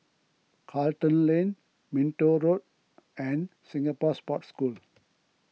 Charlton Lane Minto Road and Singapore Sports School